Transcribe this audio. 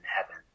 heaven